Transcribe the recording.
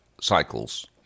cycles